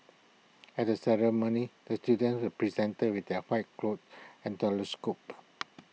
at the ceremony the students were presented with their white coats and stethoscopes